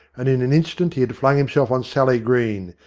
and in an instant he had flung himself on sally green,